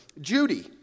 Judy